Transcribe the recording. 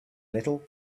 little